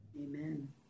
Amen